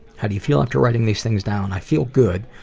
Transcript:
how do you feel after writing these things down? i feel good.